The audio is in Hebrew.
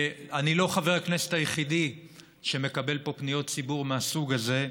אני לא חבר הכנסת היחיד שמקבל פה פניות ציבור מהסוג הזה.